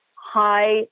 high